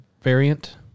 variant